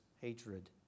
hatred